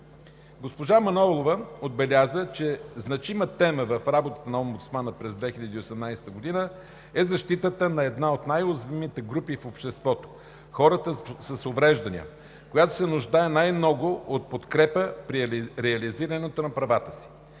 Госпожа Манолова отбеляза, че значима тема в работата на омбудсмана през 2018 г. е защитата на една от най-уязвимите групи в обществото – хората с увреждания, която се нуждае най-много от подкрепа при реализирането на правата си.